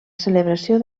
celebració